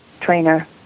trainer